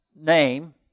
name